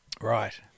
Right